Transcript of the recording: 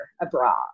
abroad